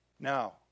Now